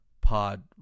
pod